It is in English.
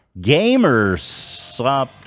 Gamersup